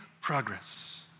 progress